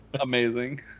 amazing